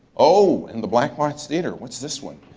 oh, and the black box theater. what's this one?